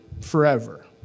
forever